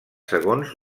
segons